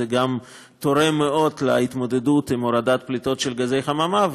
זה גם תורם מאוד להתמודדות עם פליטת גזי חממה,